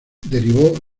derivó